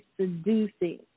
seducing